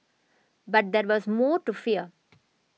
but there was more to fear